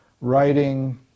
Writing